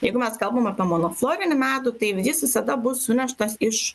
jeigu mes kalbam apie monoflorinį medų tai jis visada bus suneštas iš